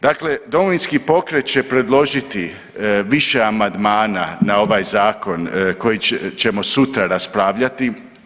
Dakle, Domovinski pokret će predložiti više amandmana na ovaj zakon koji ćemo sutra raspravljati.